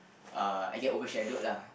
uh I get overshadowed lah